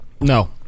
No